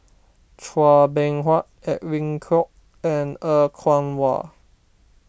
Chua Beng Huat Edwin Koek and Er Kwong Wah